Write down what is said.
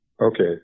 Okay